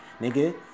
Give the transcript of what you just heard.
nigga